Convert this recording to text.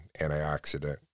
antioxidant